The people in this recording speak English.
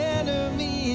enemy